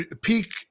peak